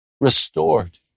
restored